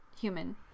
human